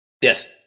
Yes